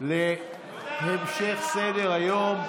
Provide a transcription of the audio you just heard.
להמשך סדר-היום,